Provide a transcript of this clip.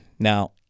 Now